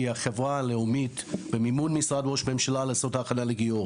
היא החברה הלאומית במימון ראש ממשלה לעשות הכנה לגיור.